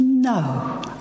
No